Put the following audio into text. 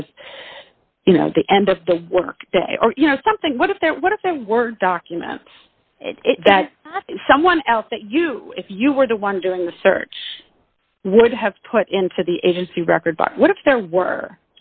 with you know the end of the work or you know something what if that what if the word documents that someone else that you if you were the one doing the search would have put in for the agency record but what if there were